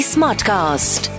Smartcast